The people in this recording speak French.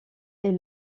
est